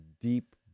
deep